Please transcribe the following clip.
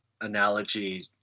analogy